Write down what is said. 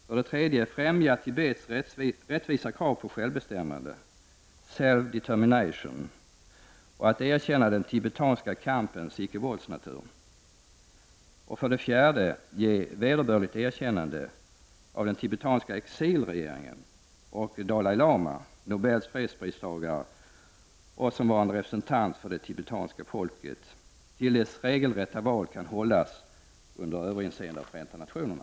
För det tredje skall Tibets rättvisa krav på självbestämmande främjas, self determination. Den tibetanska kampens icke-våldsnatur skall erkännas. För det fjärde skall man göra ett vederbörligt erkännande av den tibetanske exilregeringen och Dalai Lama, nobels fredspristagare och representant för det tibetanska folket till dess regelrätta val kan hållas under överinseende av Förenta nationerna.